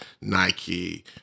Nike